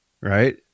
right